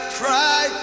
cry